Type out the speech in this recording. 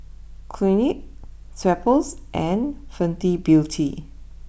Clinique Schweppes and Fenty Beauty